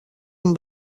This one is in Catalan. amb